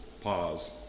pause